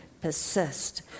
Persist